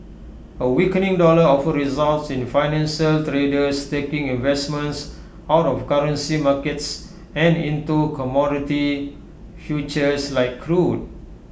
A weakening dollar often results in financial traders taking investments out of currency markets and into commodity futures like crude